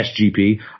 SGP